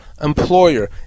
employer